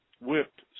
whipped